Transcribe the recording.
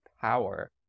power